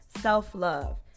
Self-love